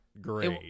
great